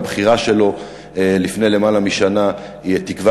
והבחירה שלו לפני למעלה משנה היא תקווה